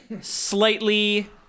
Slightly